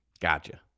Gotcha